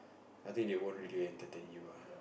I think they won't really entertain you ah